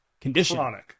condition